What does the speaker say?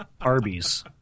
Arby's